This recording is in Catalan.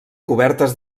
cobertes